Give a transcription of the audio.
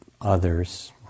others